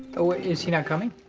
oh, is he not coming?